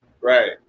Right